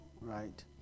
right